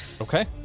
Okay